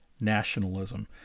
nationalism